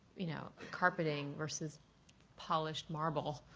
you know, carpeting versus polished marble.